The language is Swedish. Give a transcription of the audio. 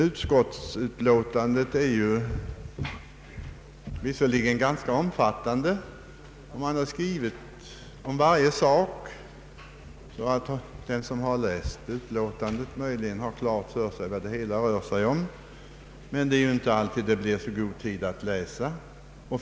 Utskottsutlåtandet är ganska omfattande, och man har tagit upp många detaljer. Den som har läst det i sin helhet har möjligen klart för sig vad det hela rör sig om, men alla har kanske inte haft så gott om tid att de kunnat läsa det.